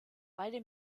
beide